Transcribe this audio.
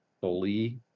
fully